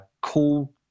call